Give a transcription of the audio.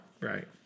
Right